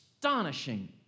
Astonishing